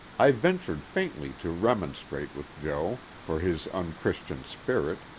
i ventured faintly to remonstrate with jo. for his unchristian spirit,